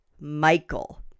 Michael